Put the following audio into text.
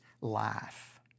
life